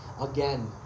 again